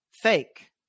fake